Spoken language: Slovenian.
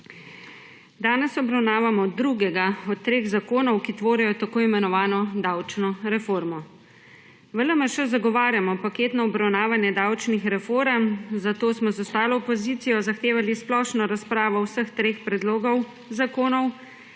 Danes obravnavamo drugega od treh zakonov, ki tvorijo tako imenovano davčno reformo. V LMŠ zagovarjamo paketno obravnavanje davčnih reform, zato smo z ostalo opozicijo zahtevali splošno razpravo o vseh treh predlogih zakonov,